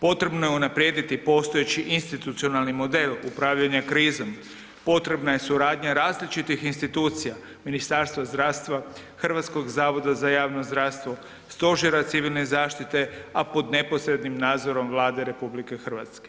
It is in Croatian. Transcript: Potrebno je unaprijediti postojeći institucionalni model upravljanja krizom, potrebna je suradnja različitih institucija, Ministarstva zdravstva, HZJZ-a, stožera civilne zaštite, a pod neposrednim nadzorom Vlade RH.